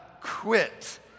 quit